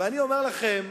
ואני אומר לכם,